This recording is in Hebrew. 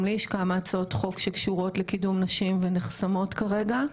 גם לי יש כמה הצעות חוק שקשורות לקידום נשים ונחסמות כרגע.